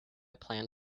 plan